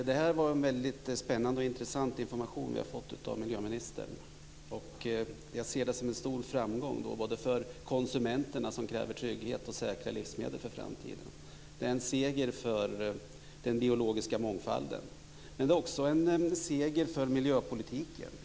Fru talman! Det är mycket spännande och intressant information som vi har fått av miljöministern. Jag ser det som en stor framgång för konsumenterna, som kräver trygghet och säkra livsmedel för framtiden. Det är en seger för den biologiska mångfalden, men också en seger för miljöpolitiken.